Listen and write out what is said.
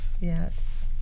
Yes